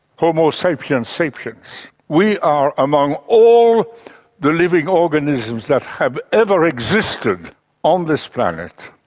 homo sapiens sapiens, we are among all the living organisms that have ever existed on this planet,